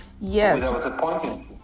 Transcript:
Yes